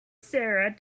sarah